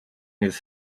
his